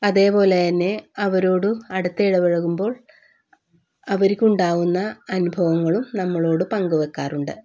അതെപോലെത്തന്നെ അവരോട് അടുത്തിടപഴകുമ്പോൾ അവർക്കുണ്ടാവുന്ന അനുഭവങ്ങളും നമ്മളോട് പങ്കു വെക്കാറുണ്ട്